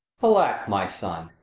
alack, my son,